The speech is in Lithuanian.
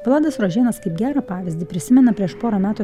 vladas rožėnas kaip gerą pavyzdį prisimena prieš porą metų